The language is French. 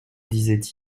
disait